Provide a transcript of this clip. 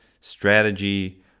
strategy